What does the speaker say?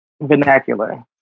vernacular